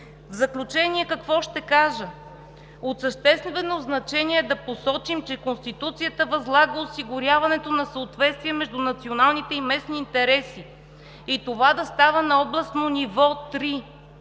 В заключение какво ще кажа? От съществено значение е да посочим, че Конституцията възлага осигуряването на съответствието между националните и местните интереси и това да става на областно ниво 3,